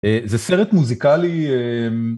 זה סרט מוזיקאלי.